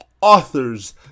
authors